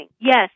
yes